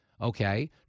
Okay